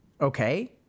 Okay